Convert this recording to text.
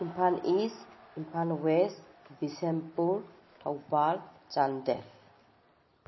Imphal is Imphal was Bishnupur Thoubal Chandel